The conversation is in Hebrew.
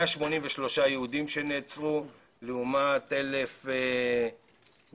סדר הגודל הוא 183 יהודים שנעצרו לעומת 1,600,